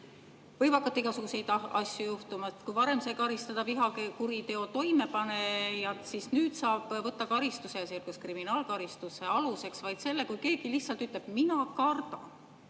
võib hakata igasuguseid asju juhtuma. Kui varem sai karistada vihakuriteo toimepanijat, siis nüüd saab võtta karistuse, sealhulgas kriminaalkaristuse aluseks vaid selle, kui keegi lihtsalt ütleb: "Mina kardan."